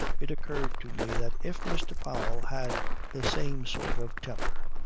it occurred to me that if mr. powell had the same sort of temper.